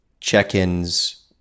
check-ins